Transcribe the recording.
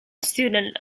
student